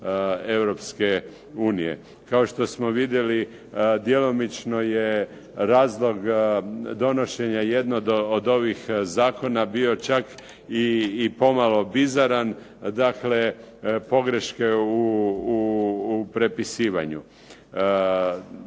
Europske unije. Kao što smo vidjeli djelomično je razlog donošenja ovih zakona bio čak i pomalo bizaran, dakle pogreške u prepisivanju.